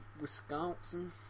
Wisconsin